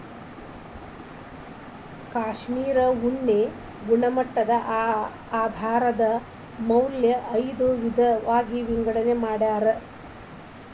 cashmere ಉಣ್ಣೆನ ಗುಣಮಟ್ಟದ ಆಧಾರದ ಮ್ಯಾಲ ಐದ ವಿಧಾ ಆಗಿ ವಿಂಗಡನೆ ಮಾಡ್ಯಾರ